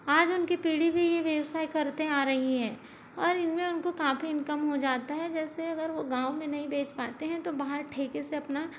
आज उनकी पीढ़ी भी ये व्यवसाय करते आ रही है और इनमें उनको काफ़ी इनकम हो जाता है जैसे अगर वो गाँव में नहीं बेच पाते हैं तो बाहर ठेके से अपना